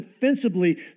defensively